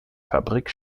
fabrik